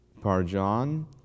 Parjan